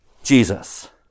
Jesus